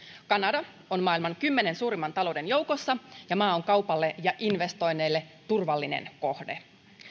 kanada on maailman kymmenen suurimman talouden joukossa ja maa on kaupalle ja investoinneille turvallinen kohde